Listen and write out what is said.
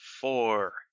four